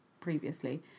previously